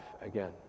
again